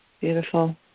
beautiful